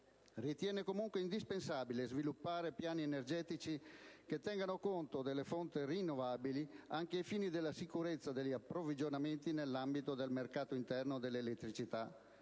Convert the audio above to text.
ritiene comunque indispensabile sviluppare piani energetici che tengano conto delle fonti rinnovabili anche ai fini della sicurezza degli approvvigionamenti nell'ambito del mercato interno dell'elettricità,